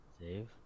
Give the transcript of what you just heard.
save